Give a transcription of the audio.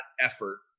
effort